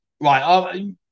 Right